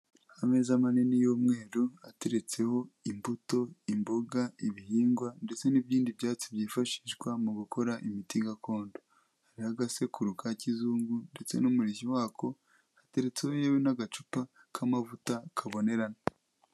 Ameza manini y'umweru ateretseho imbuto, imboga, ibihingwa ndetse n'ibindi byatsi byifashishwa mu gukora imiti gakondo, hariho agasekuru ka kizungu ndetse n'umurishyo wako hateretseho yewe n'agacupa k'amavuta kabonerana.